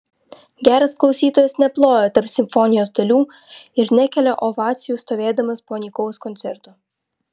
geras klausytojas neploja tarp simfonijos dalių ir nekelia ovacijų stovėdamas po nykaus koncerto